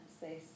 say